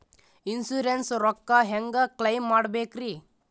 Insurance ರೊಕ್ಕ ಹೆಂಗ claim ಮಾಡ್ಬೇಕ್ರಿ?